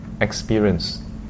experience